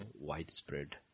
widespread